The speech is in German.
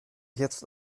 jetzt